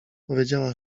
powiedziała